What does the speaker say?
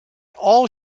all